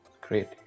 great